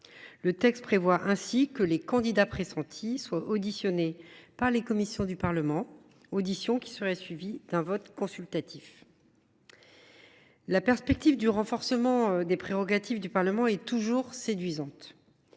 Le texte prévoit ainsi que les candidats pressentis seront auditionnés par les commissions du Parlement, auditions qui seraient suivies d’un vote consultatif. La perspective du renforcement des prérogatives du Parlement est toujours séduisante.